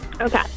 okay